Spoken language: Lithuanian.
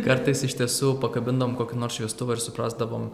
kartais iš tiesų pakabindom kokį nors šviestuvą ir suprasdavom